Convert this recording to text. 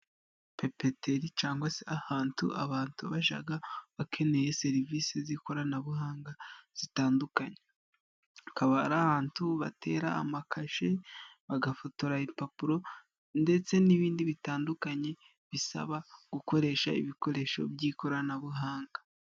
Papeteri cyangwa se ahantu abantu bajya bakeneye serivisi z'ikoranabuhanga zitandukanye, akaba ari ahantu batera amakashi, bagafotora impapuro, ndetse n'ibindi bitandukanye bisaba gukoresha ibikoresho by'ikoranabuhanga.